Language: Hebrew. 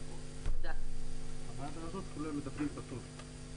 גם נכנסו מתחת לאלונקה וביצעו את תפקידם בראיה הכוללת,